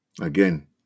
Again